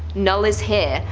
null is here!